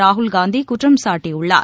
ராகுல் காந்தி குற்றம் சாட்டியுள்ளார்